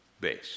Base